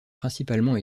principalement